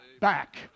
back